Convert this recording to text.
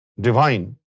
divine